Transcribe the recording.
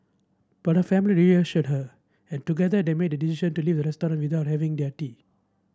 but her family reassured her and together they made the decision to leave the restaurant without having their tea